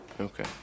Okay